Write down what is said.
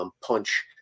punch